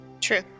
True